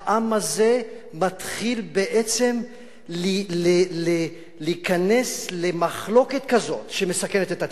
העם הזה מתחיל בעצם להיכנס למחלוקת כזאת שמסכנת את עתידו.